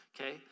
Okay